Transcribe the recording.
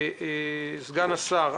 סגן השר.